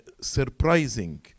surprising